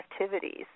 activities